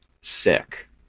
sick